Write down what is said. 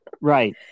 Right